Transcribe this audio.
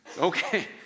Okay